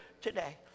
today